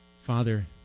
Father